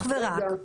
רגע,